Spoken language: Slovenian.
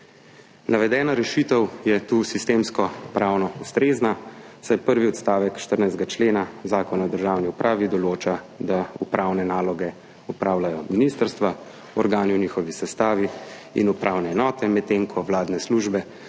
Navedena rešitev je sistemsko pravno ustrezna, saj prvi odstavek 14. člena Zakona o državni upravi določa, da upravne naloge opravljajo ministrstva, organi v njihovi sestavi in upravne enote, medtem ko se vladne službe